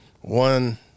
one –